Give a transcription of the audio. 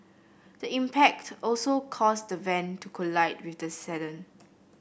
the impact also caused the van to collide with the sedan